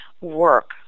work